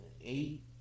Eight